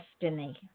destiny